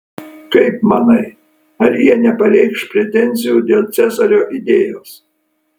kaip manai ar jie nepareikš pretenzijų dėl cezario idėjos